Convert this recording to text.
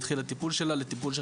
היא התחילה טיפול של כירופרקט.